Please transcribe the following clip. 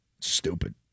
Stupid